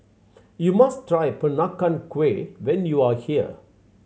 you must try Peranakan Kueh when you are here